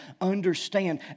understand